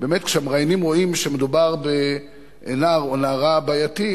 באמת כשהמראיינים רואים שמדובר בנער או נערה בעייתיים,